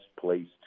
place